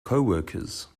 coworkers